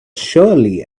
surely